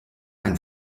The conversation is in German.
einen